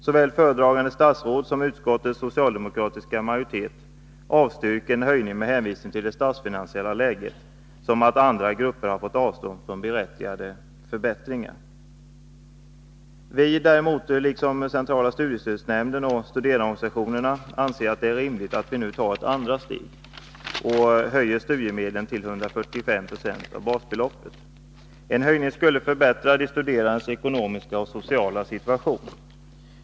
Såväl föredragande statsråd som utskottets socialdemokratiska majoritet avstyrker en höjning med hänvisning till det statsfinansiella läget och till att andra grupper har fått avstå från berättigade förbättringar. Vi anser däremot — liksom centrala studiestödsnämnden och studerandeorganisationerna — att det är rimligt att nu ta ett andra steg och höja studiemedlen till 145 96 av basbeloppet. En höjning skulle förbättra de studerandes ekonomiska och sociala situation.